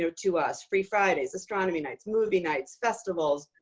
to to us free fridays astronomy nights movie nights festivals.